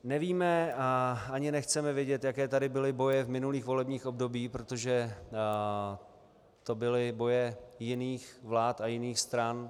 Nevíme a ani nechceme vědět, jaké tady byly boje v minulých volebních obdobích, protože to byly boje jiných vlád a jiných stran.